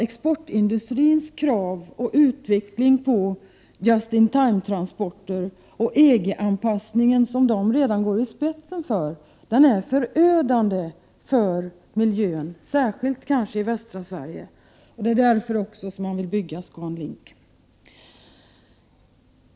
Exportindustrins krav på och utveckling av just in time-transporter och EG-anpassningen, som exportindustrin redan går i spetsen för, är förödande för miljön, särskilt kanske i västra Sverige. Det är också på grund av exportindustrins krav på dessa områden som man vill bygga ScanLink.